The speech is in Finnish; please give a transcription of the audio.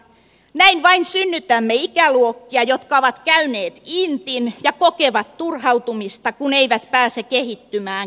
näin vain synnytämme ikäluokkia jotka ovat käyneet intin ja kokevat turhautumista kun eivät pääse kehittymään koulutuksessaan